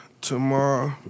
tomorrow